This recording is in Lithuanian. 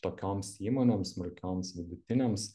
tokioms įmonėms smulkioms vidutinėms